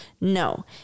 no